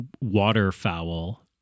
waterfowl